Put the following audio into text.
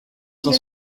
cent